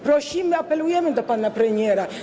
Prosimy, apelujemy do pana premiera.